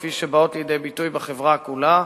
כפי שהן באות לידי ביטוי בחברה כולה,